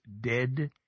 dead